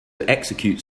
execute